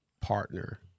partner